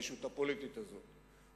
הישות הפוליטית הזאת,